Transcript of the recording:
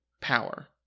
power